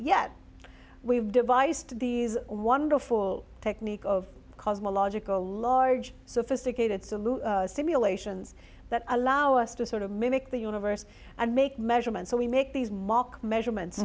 yet we've devised these wonderful technique of cosmological large sophisticated salut simulations that allow us to sort of mimic the universe and make measurements so we make these mock measurements